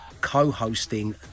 co-hosting